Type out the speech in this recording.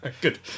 Good